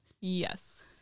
Yes